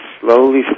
slowly